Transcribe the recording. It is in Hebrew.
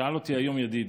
שאל אותי היום ידיד.